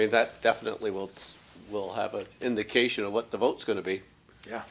me that definitely will will have an indication of what the votes going to be yeah